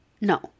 No